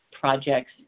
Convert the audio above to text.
projects